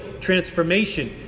transformation